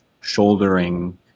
shouldering